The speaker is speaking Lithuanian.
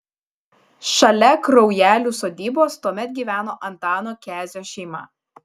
šalia kraujelių sodybos tuomet gyveno antano kezio šeima